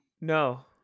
No